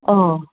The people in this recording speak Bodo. अ